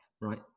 right